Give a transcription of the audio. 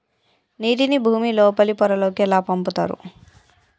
నీటిని భుమి లోపలి పొరలలోకి ఎట్లా పంపుతరు?